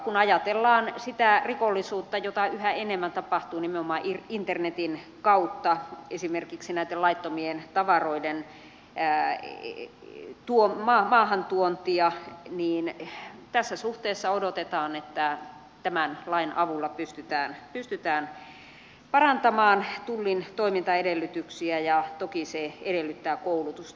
kun ajatellaan sitä rikollisuutta jota yhä enemmän tapahtuu nimenomaan internetin kautta esimerkiksi näitten laittomien tavaroiden maahantuontia niin tässä suhteessa odotetaan että tämän lain avulla pystytään parantamaan tullin toimintaedellytyksiä ja toki se edellyttää koulutusta